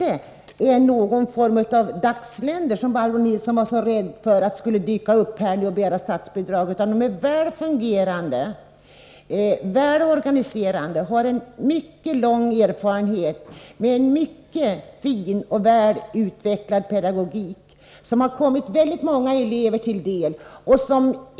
Dessa skolor är inte alls något slags dagsländor, som Barbro Nilsson i Örnsköldsvik var så rädd skulle dyka upp och begära statsbidrag. De är väl fungerande och väl organiserade och har en mycket lång erfarenhet med en mycket fin och väl utvecklad pedagogik, som har kommit väldigt många elever till del.